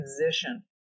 transition